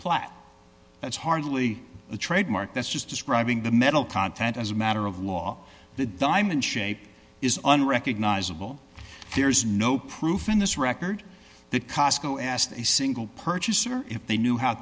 that's hardly a trademark that's just describing the metal content as a matter of law the diamond shape is unrecognizable there is no proof in this record that cosco asked a single purchaser if they knew how